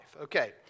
Okay